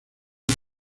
uso